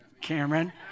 Cameron